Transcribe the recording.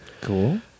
Cool